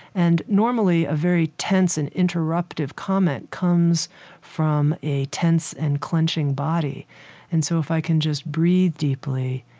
and normally, a very tense and interruptive comment comes from a tense and clenching body and so if i can just breath deeply,